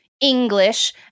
English